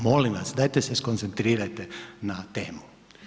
Molim vas dajte se skoncentrirajte na temu.